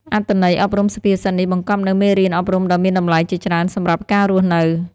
អត្ថន័យអប់រំសុភាសិតនេះបង្កប់នូវមេរៀនអប់រំដ៏មានតម្លៃជាច្រើនសម្រាប់ការរស់នៅ